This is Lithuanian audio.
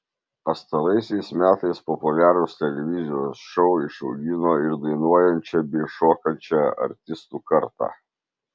pastaraisiais metais populiarūs televizijos šou išaugino ir dainuojančią bei šokančią artistų kartą